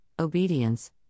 obedience